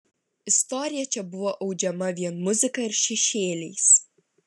istorija čia buvo audžiama vien muzika ir šešėliais